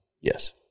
Yes